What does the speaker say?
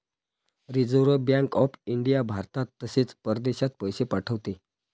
reserve Bank of India भारतात तसेच परदेशात पैसे पाठवते